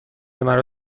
مرا